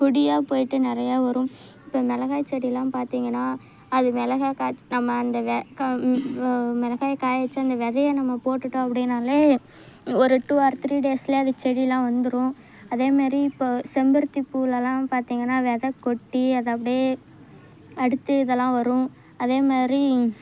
கொடியாக போய்ட்டு நிறையா வரும் இப்போ மிளகா செடிலாம் பார்த்திங்கனா அது மிளகா காய்த்து நம்ம அந்த மிளகாய காய வச்சு அந்த விதைய நம்ம போட்டுட்டோம் அப்படினாலே ஒரு டூ ஆர் த்ரி டேஸில் அந்த செடியெலாம் வந்துடும் அதேமாரி இப்போ செம்பருத்தி பூலெல்லாம் பார்த்திங்கனா வெதை கொட்டி அது அப்படியே அடுத்து இதெல்லாம் வரும் அதேமாதிரி